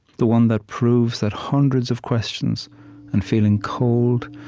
the one that proves that hundreds of questions and feeling cold,